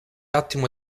attimo